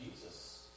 Jesus